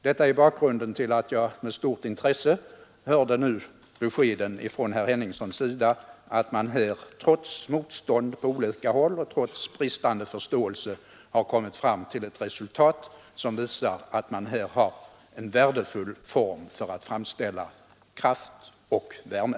Mot denna bakgrund hörde jag nu med stort intresse beskeden från herr Henningsson att man trots motstånd på olika håll och trots bristande förståelse har kommit fram till ett resultat som visar att man här har en värdefull form för att framställa kraft och värme.